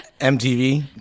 MTV